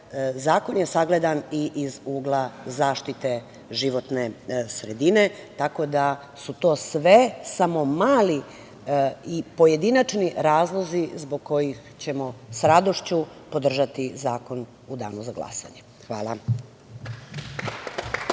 zakon je sagledan i iz ugla zaštite životne sredine, tako da su to sve samo mali i pojedinačni razlozi zbog kojih ćemo s radošću podržati zakon u danu za glasanje. Hvala.